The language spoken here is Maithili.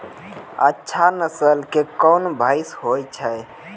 अच्छा नस्ल के कोन भैंस होय छै?